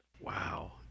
Wow